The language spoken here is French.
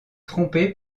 trompé